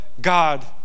God